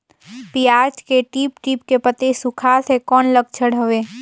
पियाज के टीप टीप के पतई सुखात हे कौन लक्षण हवे?